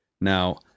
Now